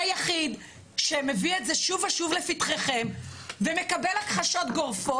והיחיד שמביא את זה שוב ושוב לפתחכם ומקבל הכחשות גורפות,